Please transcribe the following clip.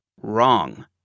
wrong